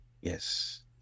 yes